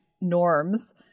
norms